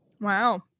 Wow